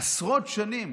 עשרות שנים